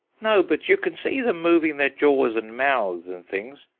no, but you can see them moving their jaws and mouths and things.